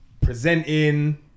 presenting